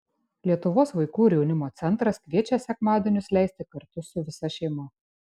lietuvos vaikų ir jaunimo centras kviečia sekmadienius leisti kartu su visa šeima